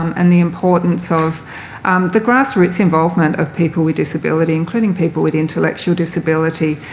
um and the importance of the grassroots involvement of people with disability, including people with intellectual disability,